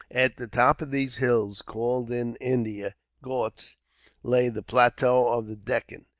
at the top of these hills called in india, ghauts lay the plateau of the deccan,